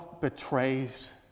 betrays